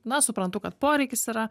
na suprantu kad poreikis yra